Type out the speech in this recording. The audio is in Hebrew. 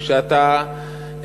כשאתה,